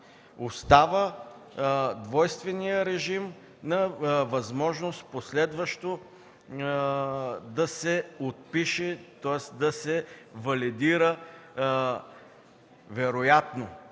Остава двойнственият режим на възможност последващо да се отпише, тоест да се валидира вероятно,